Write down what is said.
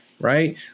right